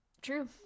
True